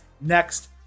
next